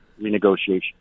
renegotiation